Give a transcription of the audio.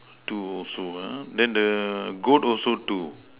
two also ah then the goat also two